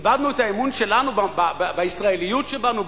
איבדנו את האמון שלנו בישראליות שבנו,